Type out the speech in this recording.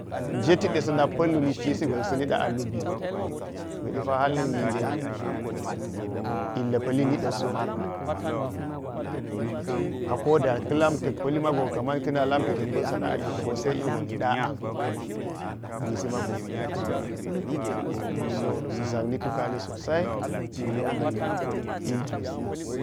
Jeti de sananpala lu lishti si go yeks nida a lubi gweda pa harnaka ninge illa pali nidaso. A koɗa i lam taka palli mago kaman kana lamti tak pal sana’a ilgon go sai nikda a an. Gwisi mago bi nidas to so saʒakni tukalli sosai na w iljuisi.